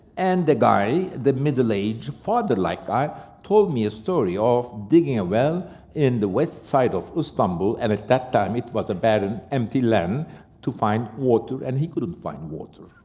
and the guy, the middle-aged father like guy told me a story of digging a well in the west side of istanbul, and at that time it was a barren, empty land to find water, and he couldn't find water.